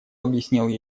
объяснил